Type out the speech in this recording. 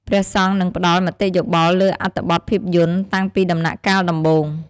ព្រះសង្ឃនឹងផ្ដល់ មតិយោបល់លើអត្ថបទភាពយន្ត តាំងពីដំណាក់កាលដំបូង។